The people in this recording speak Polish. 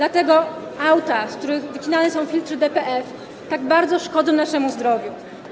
Auta, z których wycinane są filtry DPF, tak bardzo szkodzą naszemu zdrowiu.